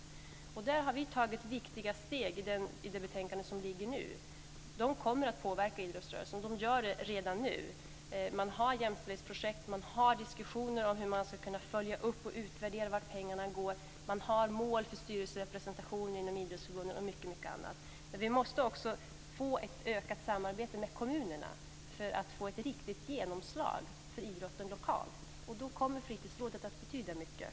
Vi har därvidlag tagit viktiga steg i det nu föreliggande betänkandet. De kommer att påverka idrottsrörelsen och gör det redan nu. Man har jämställdhetsprojekt, diskussioner om hur man ska kunna följa upp och utvärdera vart pengarna går. Man har mål för styrelserepresentation inom idrottsförbunden och mycket annat. Vi måste också få ett ökat samarbete med kommunerna för att få ett riktigt genomslag för idrotten lokalt. Då kommer fritidsrådet att betyda mycket.